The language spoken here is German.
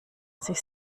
sich